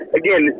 again